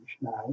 now